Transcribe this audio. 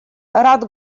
рад